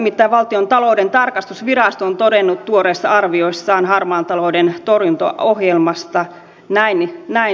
nimittäin valtiontalouden tarkastusvirasto on todennut tuoreissa arvioissaan harmaan talouden torjuntaohjelmasta näin